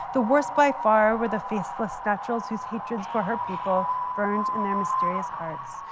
the worst by far were the faceless naturals whose hatred for her people burned in their mysterious hearts,